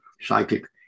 psychic